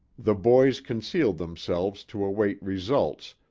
the boys concealed themselves to await results,